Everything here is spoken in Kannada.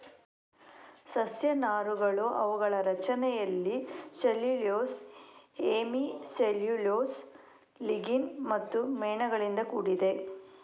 ಸಸ್ಯ ನಾರುಗಳು ಅವುಗಳ ರಚನೆಯಲ್ಲಿ ಸೆಲ್ಯುಲೋಸ್, ಹೆಮಿ ಸೆಲ್ಯುಲೋಸ್, ಲಿಗ್ನಿನ್ ಮತ್ತು ಮೇಣಗಳಿಂದ ಕೂಡಿದೆ